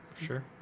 Sure